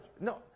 No